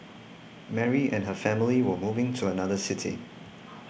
Mary and her family were moving to another city